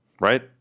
Right